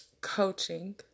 coaching